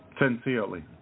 Sincerely